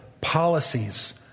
policies